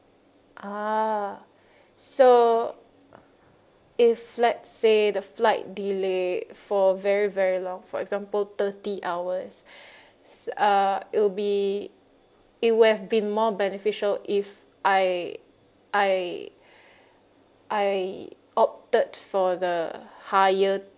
ah so if let's say the flight delay for very very long for example thirty hours s~ uh it'll be it would have been more beneficial if I I I opted for the higher